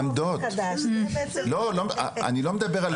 לא מדבר,